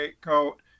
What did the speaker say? coat